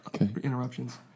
interruptions